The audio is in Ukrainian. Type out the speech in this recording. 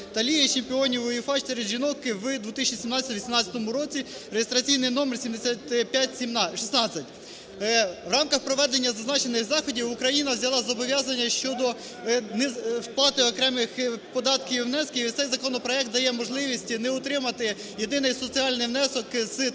та ліги чемпіонів УЄФА серед жінок у 2017-2018 роках (реєстраційний номер 7516). В рамках проведення зазначених заходів, Україна взяла зобов'язання щодо сплати окремих податків і внесків, і цей законопроект дає можливість не утримати єдиний соціальний внесок з тих